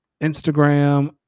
Instagram